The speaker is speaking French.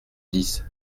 dix